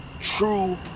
true